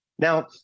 Now